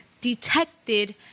detected